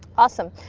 awesome,